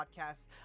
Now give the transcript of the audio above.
podcasts